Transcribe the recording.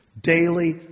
Daily